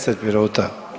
10 minuta.